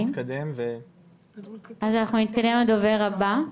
נתקדם לדובר הבא.